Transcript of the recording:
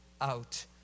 out